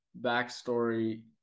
backstory